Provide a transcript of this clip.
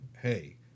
Hey